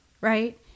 right